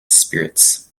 spirits